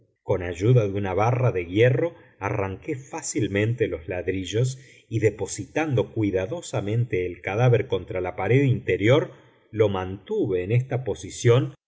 con ayuda de una barra de hierro arranqué fácilmente los ladrillos y depositando cuidadosamente el cadáver contra la pared interior lo mantuve en esta posición